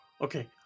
Okay